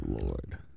Lord